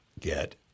get